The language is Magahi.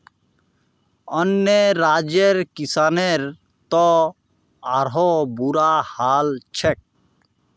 अन्य राज्यर किसानेर त आरोह बुरा हाल छेक